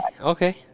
Okay